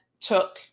took